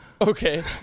okay